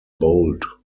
bold